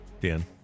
Dan